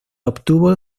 obtuvo